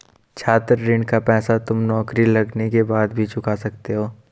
छात्र ऋण का पैसा तुम नौकरी लगने के बाद भी चुका सकते हो